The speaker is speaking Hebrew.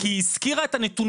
כי היא הזכירה את הנתונים,